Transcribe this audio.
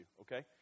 okay